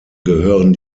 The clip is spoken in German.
gehören